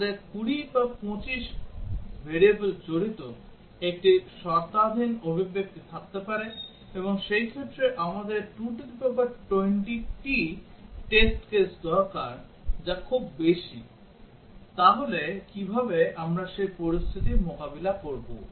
আমাদের 20 বা 25 variable জড়িত একটি শর্তাধীন অভিব্যক্তি থাকতে পারে এবং সেই ক্ষেত্রে আমাদের 220 টি টেস্ট কেস দরকার যা খুব বেশি তাহলে কিভাবে আমরা সেই পরিস্থিতি মোকাবেলা করব